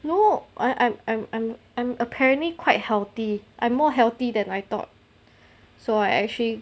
no I I'm I'm I'm I'm apparently quite healthy I more healthy than I thought so I actually